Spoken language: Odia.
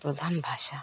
ପ୍ରଧାନ ଭାଷା